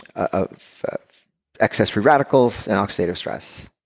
ah excess free radicals and oxidative stress